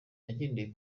agendeye